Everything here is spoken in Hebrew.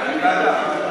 ועדה.